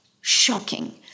shocking